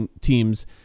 teams